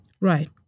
Right